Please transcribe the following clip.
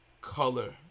color